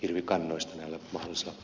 ylikangas maksaa